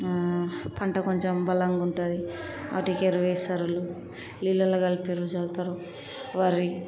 పంట కొంచెం బలంగా ఉంటుంది వాటికి ఎరువు వేస్తారు నీళ్ళల్లో కలిపి చల్లుతారు వరి బియ్యం